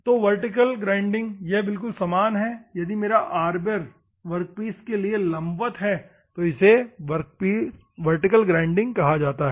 तो vertical grinding यह बिलकुल समान है यदि मेरा आर्बर वर्कपीस के लिए लंबवत है तो इसे वर्टीकल ग्राइंडिंग कहा जाता है